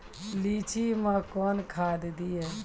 लीची मैं कौन खाद दिए?